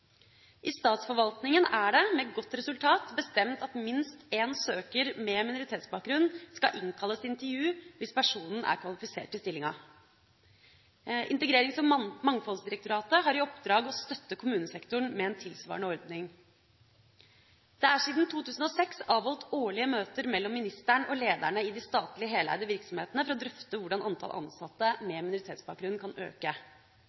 I statsforvaltningen er det, med godt resultat, bestemt at minst én søker med minoritetsbakgrunn skal innkalles til intervju hvis personen er kvalifisert til stillinga. Integrerings- og mangfoldsdirektoratet har i oppdrag å støtte kommunesektoren med en tilsvarende ordning. Det er siden 2006 avholdt årlige møter mellom ministeren og lederne i de statlige, heleide virksomhetene for å drøfte hvordan antall ansatte med minoritetsbakgrunn kan øke.